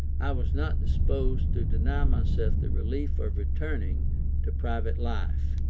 i was not disposed to deny myself the relief of returning to private life.